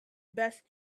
best